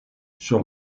sur